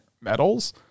medals